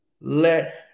Let